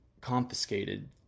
confiscated